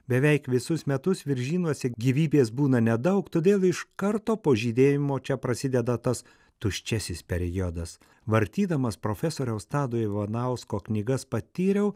beveik visus metus viržynuose gyvybės būna nedaug todėl iš karto po žydėjimo čia prasideda tas tuščiasis periodas vartydamas profesoriaus tado ivanausko knygas patyriau